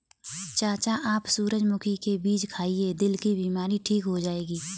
चाचा आप सूरजमुखी के बीज खाइए, दिल की बीमारी ठीक हो जाएगी